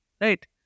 Right